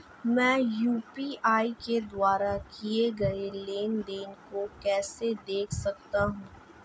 मैं यू.पी.आई के द्वारा किए गए लेनदेन को कैसे देख सकता हूं?